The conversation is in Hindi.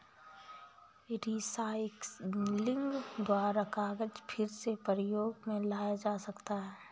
रीसाइक्लिंग द्वारा कागज फिर से प्रयोग मे लाया जा सकता है